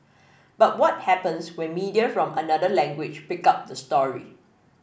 but what happens when media from another language pick up the story